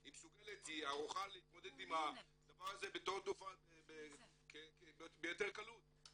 היא ערוכה להתמודד עם הדבר הזה בתור תרופה ביתר קלות.